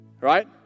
right